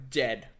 dead